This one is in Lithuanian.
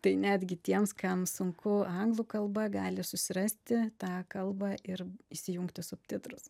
tai netgi tiems kam sunku anglų kalba gali susirasti tą kalbą ir įsijungti subtitrus